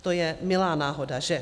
To je milá náhoda, že?